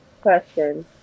question